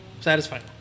satisfying